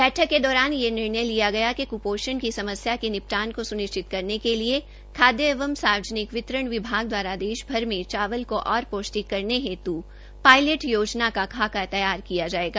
बैठक के दौरान यह निर्णय लिया गया कि क्पोषण की समस्या के निपटान को सुनिश्चित करने के लिए खाद्य एवं सार्वजनिक वितरण विभाग दवारा देश भर में चावल की ओर पोष्टिक करने हेतु पायलट योजना का खाका तैयार किया जायेगा